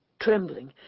trembling